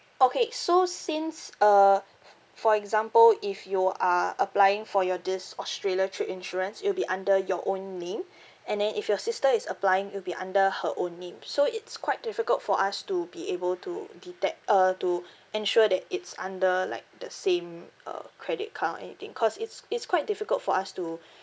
okay so since uh f~ for example if you are applying for your this australia trip insurance it'll be under your own name and then if your sister is applying it'll be under her own name so it's quite difficult for us to be able to detect uh to ensure that it's under like the same uh credit card or anything because it's it's quite difficult for us to